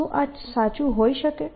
શું આ સાચું હોઈ શકે